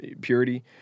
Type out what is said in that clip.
purity